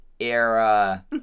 era